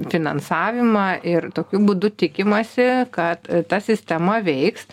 finansavimą ir tokiu būdu tikimasi kad ta sistema veiks